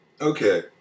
okay